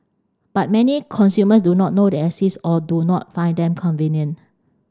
but many consumers do not know they exist or do not find them convenient